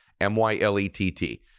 M-Y-L-E-T-T